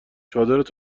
چادرت